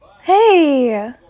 Hey